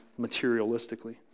materialistically